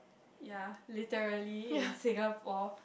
ya literally it's Singapore